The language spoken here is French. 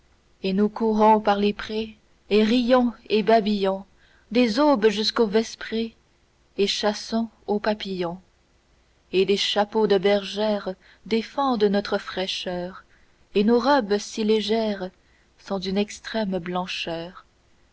et nous courons par les prés et rions et babillons des aubes jusqu'aux vesprées et chassons aux papillons et des chapeaux de bergères défendent notre fraîcheur et nos robes si légères-sont d'une extrême blancheur